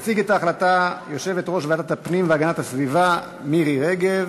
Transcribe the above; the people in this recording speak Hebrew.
תציג את ההחלטה יושבת-ראש ועדת הפנים והגנת הסביבה מירי רגב.